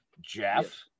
Jeff